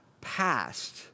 passed